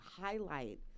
highlight